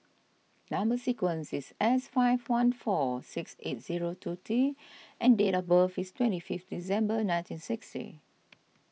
Number Sequence is S five one four six eight zero two T and date of birth is twenty fifth December ninety sixty